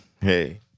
Hey